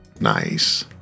nice